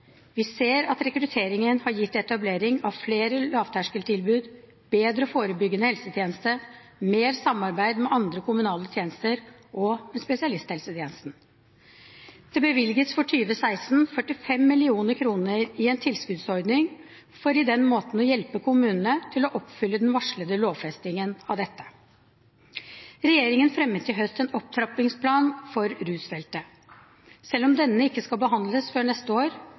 Vi ser at rekrutteringen har gitt etablering av flere lavterskeltilbud, bedre forebyggende helsetjenester og mer samarbeid med andre kommunale tjenester og spesialisthelsetjenesten. For 2016 bevilges det 45 mill. kr i en tilskuddsordning for på den måten å hjelpe kommunene med å oppfylle den varslede lovfestingen av dette. Regjeringen fremmet i høst en opptrappingsplan for rusfeltet. Selv om denne ikke skal behandles før neste år,